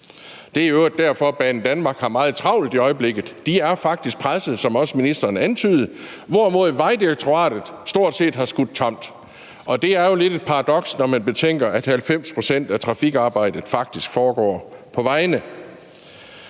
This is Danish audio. øvrigt derfor, at Banedanmark har meget travlt i øjeblikket. De er faktisk presset, som også ministeren antydede, hvorimod Vejdirektoratet stort set har skudt tamt, og det er jo lidt et paradoks, når man betænker, at 90 pct. af trafikarbejdet faktisk foregår på vejene.